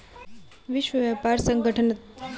विश्व व्यापार संगठनत पांच सौ इक्यावन आदमी कामत लागल छ